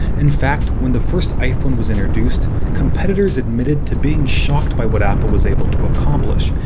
in fact, when the first iphone was introduced, competitors admitted to being shocked by what apple was able to accomplish,